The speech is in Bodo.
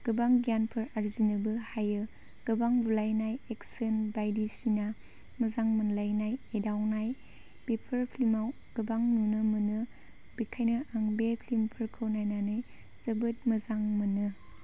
गोबां गियानफोर आरजिनोबो हायो गोबां बुलायनाय एक्स'न बायदिसिना मोजां मोनलायनाय एदावनाय बेफोर फिल्माव गोबां नुनो मोनो बेनिखायनो आं बे फिल्मफोरखौ नायनानै जोबोद मोजां मोनो